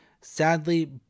Sadly